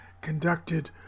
conducted